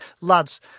lads